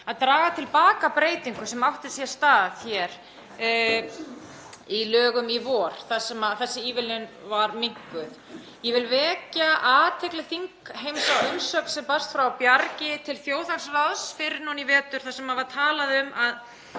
að draga til baka breytingu sem átti sér stað í lögum í vor þar sem þessi ívilnun var minnkuð. Ég vil vekja athygli þingheims á umsögn sem barst frá Bjargi til Þjóðhagsráðs fyrr í vetur þar sem var talað um að